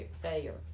failure